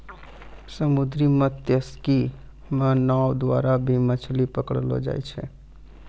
समुन्द्री मत्स्यिकी मे नाँव द्वारा भी मछली पकड़लो जाय छै